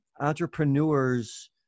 entrepreneurs